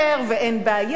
ואין בעיה,